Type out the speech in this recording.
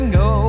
go